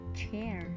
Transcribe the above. chair